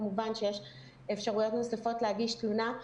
כמובן שיש אפשרויות נוספות להגיש תלונה.